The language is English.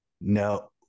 no